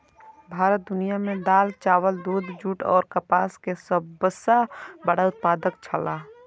भारत दुनिया में दाल, चावल, दूध, जूट और कपास के सब सॉ बड़ा उत्पादक छला